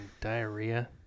diarrhea